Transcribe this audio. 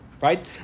right